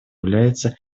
является